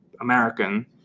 American